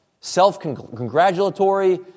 self-congratulatory